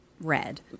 Red